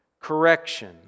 correction